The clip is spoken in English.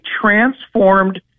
transformed